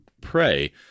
pray